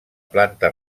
planta